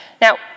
Now